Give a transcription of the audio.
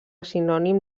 sinònim